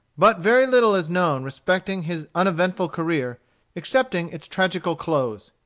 but very little is known respecting his uneventful career excepting its tragical close.